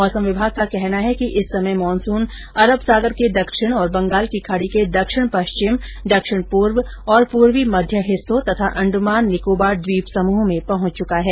मौसम विभाग का कहना है कि इस समय मानसून अरब सागर के दक्षिण और बंगाल की खाड़ी के दक्षिण पश्चिम दक्षिण पूर्व और पूर्वी मध्य हिस्सों तथा अंडमान निकोबार ट्वीप समूह में पहुंच चुका है